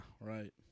right